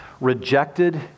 rejected